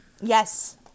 Yes